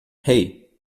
hey